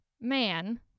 man